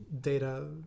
data